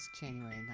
January